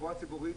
התחבורה הציבורית